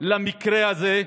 למקרה הזה,